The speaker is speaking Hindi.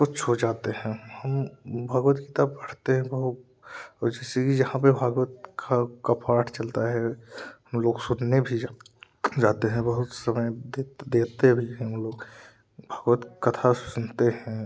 कुछ हो जाते हैं हम भगवद गीत पढ़ते हैं और जैसे कि जहाँ पर भगवद गीता का पाठ चलता है लोग सुनने भी जाते हैं जाते है बहुत समय देत देते भी है हम लोग भगवद कथा सुनते हैं